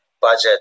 budget